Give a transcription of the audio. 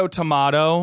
tomato